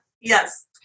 Yes